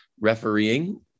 refereeing